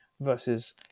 versus